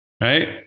right